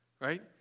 right